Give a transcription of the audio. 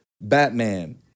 Batman